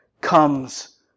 comes